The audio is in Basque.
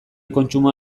kontsumoa